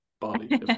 body